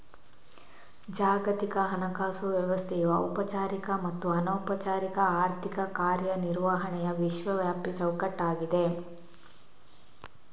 ಜಾಗತಿಕ ಹಣಕಾಸು ವ್ಯವಸ್ಥೆಯು ಔಪಚಾರಿಕ ಮತ್ತು ಅನೌಪಚಾರಿಕ ಆರ್ಥಿಕ ಕಾರ್ಯ ನಿರ್ವಹಣೆಯ ವಿಶ್ವವ್ಯಾಪಿ ಚೌಕಟ್ಟಾಗಿದೆ